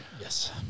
Yes